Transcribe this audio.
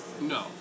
No